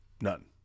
None